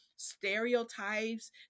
stereotypes